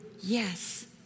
yes